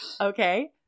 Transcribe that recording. Okay